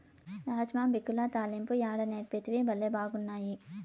రాజ్మా బిక్యుల తాలింపు యాడ నేర్సితివి, బళ్లే బాగున్నాయి